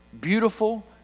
beautiful